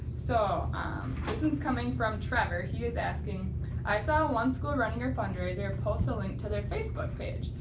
so umm this and is coming from trevor, he is asking i saw one school running your fundraiser post a link to their facebook page,